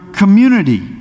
community